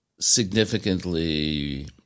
Significantly